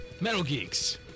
MetalGeeks